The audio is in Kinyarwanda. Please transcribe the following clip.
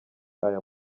aya